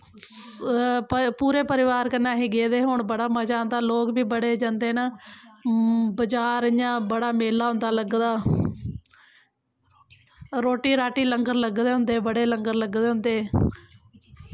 पूरे परिवार कन्नै अही गेदे हे हून बड़ा मज़ा आंदा लोग बी बड़े जंदे न बजार इ'यां बड़ा मेला होंदा लग्गे दा रोटी राटी लंगर लग्गे दे होंदे बड़े लंगर लग्गे दे होंदे